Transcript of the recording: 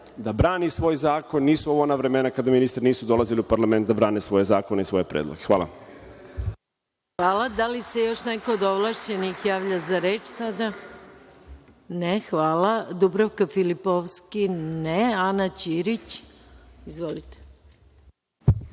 da brani svoj zakon. Nisu ovo ona vremena kad ministri nisu dolazili u parlament da brane svoje zakone i svoje predloge. Hvala. **Maja Gojković** Hvala. Da li se još neko od ovlašćenih javlja za reč? (Ne)Dubravka Filipovski, ne. Ana Ćirić. Izvolite.